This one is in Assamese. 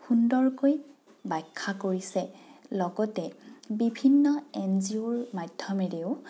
সুন্দৰকৈ বাখ্যা কৰিছে লগতে বিভিন্ন এন জি অ'ৰ মাধ্যমেৰেও